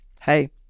hey